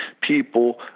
people